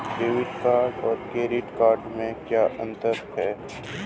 Debit card और credit card में क्या अंतर है?